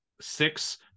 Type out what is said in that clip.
six